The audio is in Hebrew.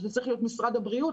שזה צריך להיות משרד הבריאות,